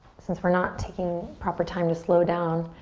since we're not taking proper time to slow down